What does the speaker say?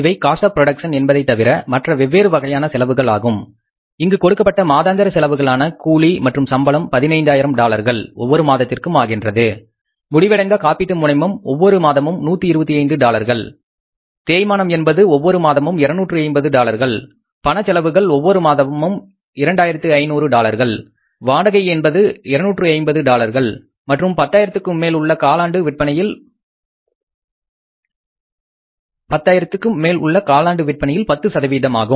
இவை cost of production என்பதைத்தவிர மற்ற வெவ்வேறு வகையான செலவுகள் ஆகும் இங்கு கொடுக்கப்பட்ட மாதாந்திர செலவுகளாவன கூலி மற்றும் சம்பளம் 15000 டாலர்கள் ஒவ்வொரு மாதத்திற்கும் முடிவடைந்த காப்பீட்டு முனைமம் ஒவ்வொரு மாதமும் 125 டாலர்கள் தேய்மானம் என்பது ஒவ்வொரு மாதமும் 250 டாலர்கள் பணச் செலவுகள் ஒவ்வொரு மாதமும் இரண்டாயிரத்து ஐநூறு டாலர்கள் வாடகை என்பது 250 டாலர்கள் மற்றும் பத்தாயிரத்துக்கும் மேல் உள்ள காலாண்டு விற்பனையில் 10 சதவீதமாகும்